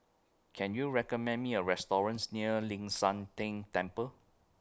Can YOU recommend Me A restaurants near Ling San Teng Temple